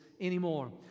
anymore